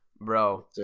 Bro